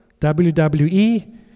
WWE